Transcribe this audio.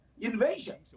invasion